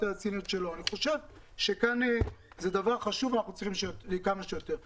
אבל אני חושב שזה דבר חשוב ואנחנו צריכים את זה כמה שיותר מהר.